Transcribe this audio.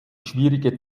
schwierige